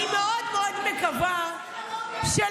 אני מאוד מאוד מקווה שלא,